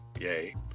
yay